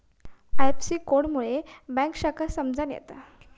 IFSC code मुळे bank शाखा समजान येता